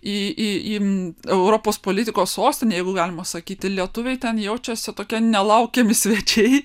į į į europos politikos sostinę jeigu galima sakyti lietuviai ten jaučiasi tokie nelaukiami svečiai